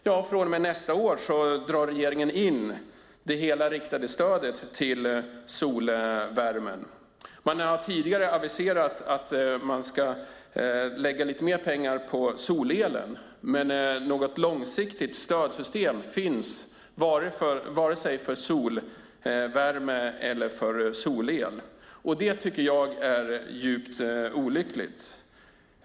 Ja, från och med nästa år gäller att regeringen drar in hela riktade stödet till solvärmen. Tidigare har man aviserat att lite mer pengar ska läggas på solelen, men något långsiktigt stödsystem finns inte vare sig för solvärme eller för solel. Det tycker jag är djupt olyckligt.